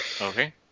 Okay